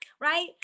right